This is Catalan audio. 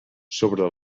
sobre